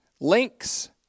links